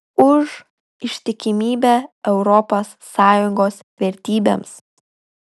už ištikimybę europos sąjungos vertybėms